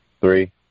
Three